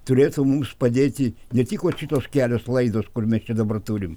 turėtų mums padėti ne tik vat šios kelios laidos kur mes čia dabar turim